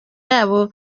yabo